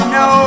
no